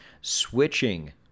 switching